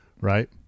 right